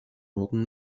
norden